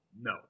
No